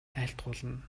айлтгуулна